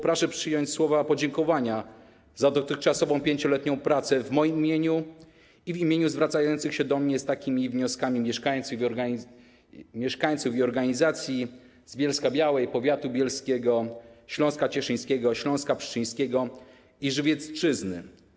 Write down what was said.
Proszę przyjąć słowa podziękowania za dotychczasową 5-letnią pracę w moim imieniu i w imieniu zwracających się do mnie z takimi wnioskami mieszkańców i organizacji z Bielska-Białej, powiatu bielskiego, Śląska Cieszyńskiego, Śląska Pszczyńskiego i Żywiecczyzny.